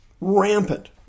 rampant